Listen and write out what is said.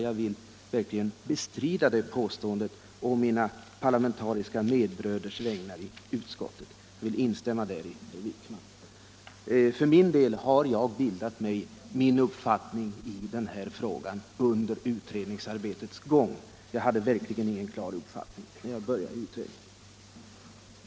Jag vill verkligen bestrida det påståendet på mina och parlamentariska medbröders vägnar i utredningarna — jag instämmer där med herr Wijkman. För min del har jag bildat mig min uppfattning i den här frågan under utredningsarbetets gång. Jag hade verkligen ingen klar uppfattning när vi började utredningen.